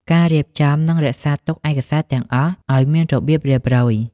ការរៀបចំ និងរក្សាទុកឯកសារទាំងអស់ឱ្យមានរបៀបរៀបរយ។